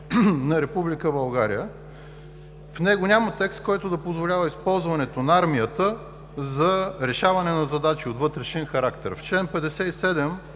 България. В него няма текст, който да позволява използването на армията за решаване на задачи от вътрешен характер. В чл. 57